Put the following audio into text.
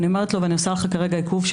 אני אומרת לו: אני עושה לך כרגע עיכוב של